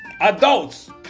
adults